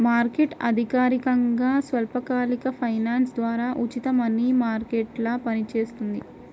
market అధికారికంగా స్వల్పకాలిక finance ద్వారా ఉచిత మనీ మార్కెట్గా పనిచేస్తుంది